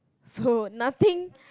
so nothing